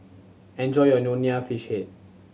enjoy your Nonya Fish Head